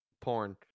Porn